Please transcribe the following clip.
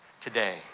today